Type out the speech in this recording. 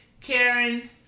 Karen